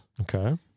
Okay